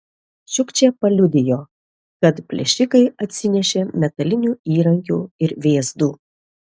čiukčė paliudijo kad plėšikai atsinešė metalinių įrankių ir vėzdų